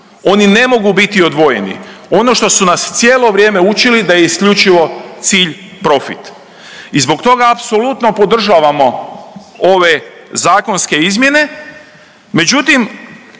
Oni ne mogu biti odvojeni. Ono što su nas cijelo vrijeme učili da je isključivo cilj profit. I zbog toga apsolutno podržavamo ove zakonske izmjene,